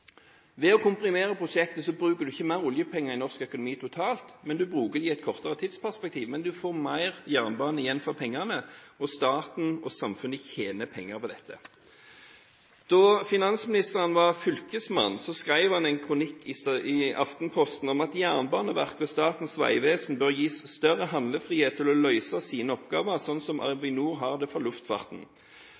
Ved å komprimere prosjektet bruker man ikke mer oljepenger i norsk økonomi totalt, men man bruker det i et kortere tidsperspektiv. Man får mer jernbane igjen for pengene, og staten og samfunnet tjener penger på dette. Da finansministeren var fylkesmann, skrev han en kronikk i Aftenposten om at Jernbaneverket og Statens vegvesen bør gis større handlefrihet til å løse sine oppgaver, slik Avinor har det for luftfarten.